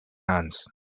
hands